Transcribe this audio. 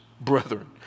brethren